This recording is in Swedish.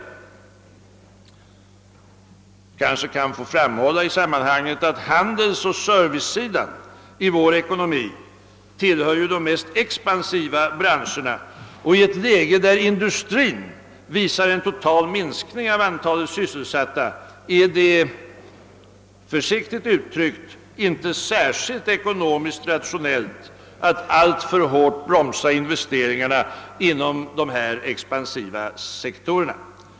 Jag kanske kan få framhålla i sammanhanget att handelsoch servicesidan tillhör de mest expansiva grenarna av vår ekonomi. I ett läge där industrin visar en total minskning av antalet sysselsatta är det — försiktigt uttryckt — inte särskilt ekonomiskt rationellt att alltför hårt bromsa investeringarna inom dessa expansiva sektorer.